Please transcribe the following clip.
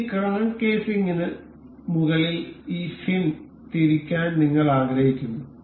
അതിനാൽ ഈ ക്രാങ്ക് കേസിംഗിന് മുകളിൽ ഈ ഫിൻ തിരിക്കാൻ നിങ്ങൾ ആഗ്രഹിക്കുന്നു